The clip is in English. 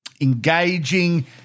engaging